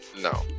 No